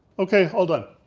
okay all done.